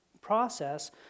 process